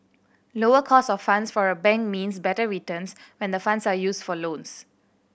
lower cost of funds for a bank means better returns when the funds are used for loans